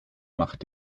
macht